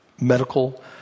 medical